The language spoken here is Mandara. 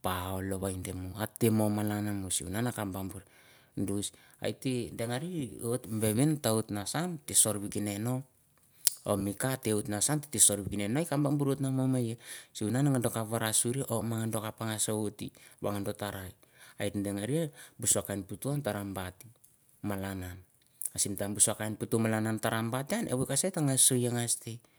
palau weah moh, hateh moh malan moh sum nah akaph bah burr haiteh dangereh ih mi vehvin teh wihit noh sha, teh sorh whe kin nah noh, oh mi kah tah wihot na sorh whik nah noh sorh wih kinah noh mon meh ih. Sim mah nau doh kaph wara suhri, ok doh kaph gash waiht won doh tah rai, hite dangereh, buh sawa, doh kain phutuh han tah rah bat malan yan. Time buh sowa doh kain pah tah trah bhit malan yan, he wehei che she, hete gash soh gash teh.